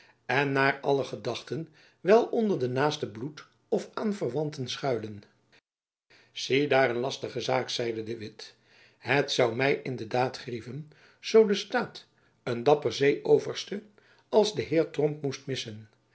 en naar alle gedachten wel onder de naaste bloed of aanverwanten schuilen ziedaar een lastige zaak zeide de witt het zoû my in de daad grieven zoo de staat een dapper zee overste als den heer tromp moest missen